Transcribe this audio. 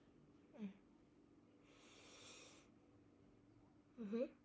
mm mmhmm